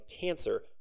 cancer